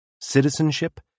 Citizenship